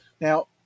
now